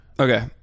Okay